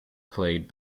played